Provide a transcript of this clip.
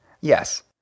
yes